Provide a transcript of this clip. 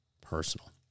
personal